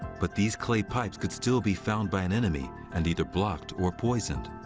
but these clay pipes could still be found by an enemy and either blocked or poisoned.